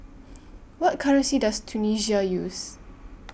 What currency Does Tunisia use